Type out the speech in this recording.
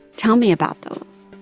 tell me about those.